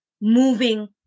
moving